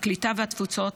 הקליטה והתפוצות,